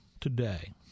today